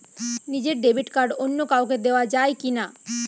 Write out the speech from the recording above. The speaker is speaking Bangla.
নিজের ডেবিট কার্ড অন্য কাউকে দেওয়া যায় কি না?